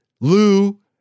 Lou